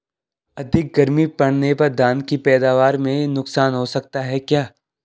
अधिक गर्मी पड़ने पर धान की पैदावार में नुकसान हो सकता है क्या?